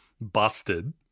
busted